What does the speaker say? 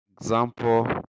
example